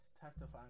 testifying